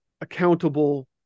accountable